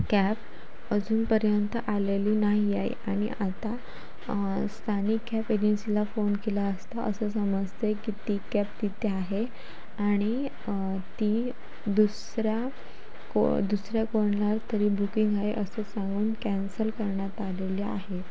cab अजूनपर्यंत आलेली नाही आहे आणि आता स्थानिक कॅब एजेंसीला फोन केला असता असं समजत आहे की ती कॅब तिथे आहे आणि ती दुसऱ्या को दुसऱ्या कोणाला तरी बुकिंग आहे असं सांगून कॅन्सल करण्यात आलेली आहे